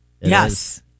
Yes